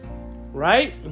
right